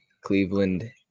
Cleveland